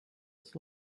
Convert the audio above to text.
its